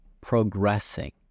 progressing